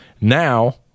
Now